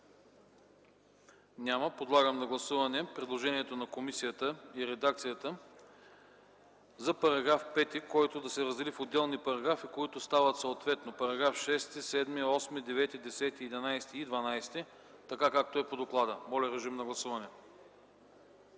Няма. Подлагам на гласуване предложението на комисията и редакцията за § 5, който да се раздели в отделни параграфи, които стават съответно параграфи 6, 7, 8, 9, 10, 11 и 12, така както е по доклада. Гласували